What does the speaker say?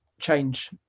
change